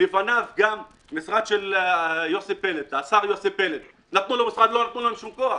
לפניו גם המשרד של השר יוסי פלד נתנו לו משרד אבל לא נתנו לו שום כוח.